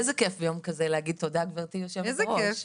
איזה כייף ביום שכזה להגיד "תודה גברתי יושבת הראש"?